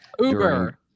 Uber